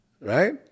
Right